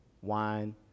wine